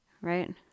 right